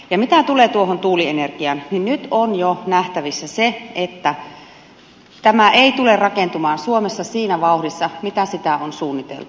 ja mitä tulee tuohon tuulienergiaan niin nyt on jo nähtävissä se että tämä ei tule rakentumaan suomessa siinä vauhdissa missä sitä on suunniteltu